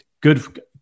good –